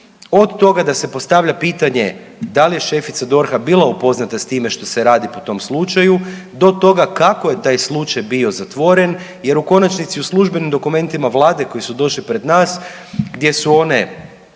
Od toga da se postavlja pitanje da li je šefica DORH-a bila upoznata s time što se radi po tom slučaju do toga kako je taj slučaj bio zatvoren jer u konačnici u službenim dokumentima vlade koji su došli pred nas gdje su one